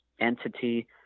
entity